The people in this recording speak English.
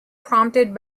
prompted